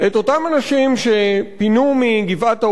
את אותם אנשים שפינו מגבעת-האולפנה